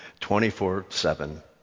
24-7